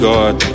God